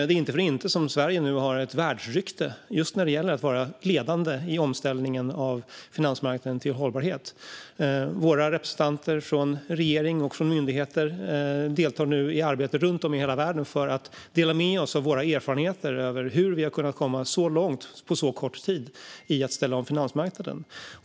Det är inte för inte som Sverige nu har ett världsrykte just när det gäller att vara ledande i omställningen av finansmarknaden till hållbarhet. Våra representanter från regering och myndigheter deltar nu i arbete runt om i hela världen för att dela med oss av våra erfarenheter och av hur vi har kunnat komma så långt på så kort tid när det gäller att ställa om finansmarknaden.